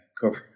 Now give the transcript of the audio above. cover